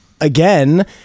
again